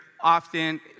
often